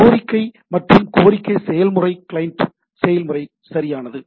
கோரிக்கை மற்றும் கோரிக்கை செயல்முறை கிளையன்ட் செயல்முறை சரியானது